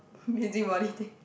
busybody thing